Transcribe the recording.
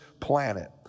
planet